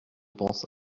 pense